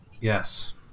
Yes